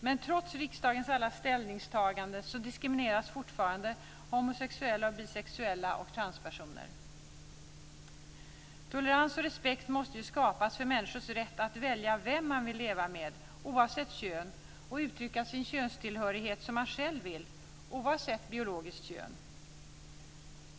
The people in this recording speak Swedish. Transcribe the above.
Men trots riksdagens alla ställningstaganden diskrimineras fortfarande homosexuella, bisexuella och transpersoner. Tolerans och respekt måste skapas för människors rätt att välja vem de vill leva med, oavsett kön, och att uttrycka sin könstillhörighet som de själva vill, oavsett biologiskt kön.